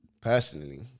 Personally